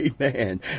amen